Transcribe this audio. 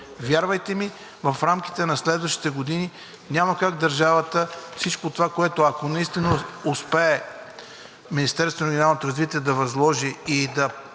Вярвайте ми, в рамките на следващите години няма как държавата, ако наистина успее Министерството на регионалното развитие да възложи и да